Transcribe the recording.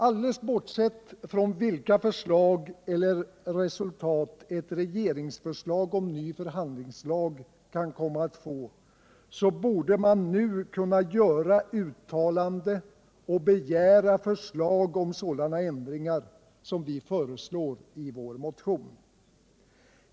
Alldeles bortsett från vilka resultat ett regeringsförslag om ny förhandlingslag kan komma att få borde riksdagen nu kunna göra ett uttalande och begära förslag om sådana ändringar som vi föreslår i vår motion.